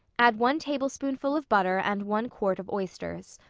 add one tablespoonful of butter and one quart of oysters.